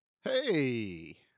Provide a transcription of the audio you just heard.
hey